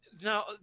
Now